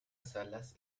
salas